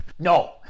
No